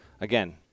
again